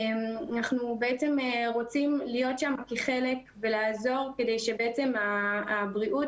אנחנו רוצים להיות שם כחלק ולעזור כדי שהבריאות